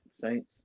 Saints